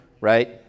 right